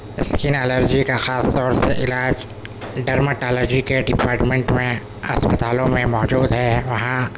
skin allergy کا خاص طور سے علاج ڈرماٹولوجی کے ڈپارٹمنٹ میں اسپتالوں میں موجود ہے وہاں